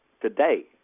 today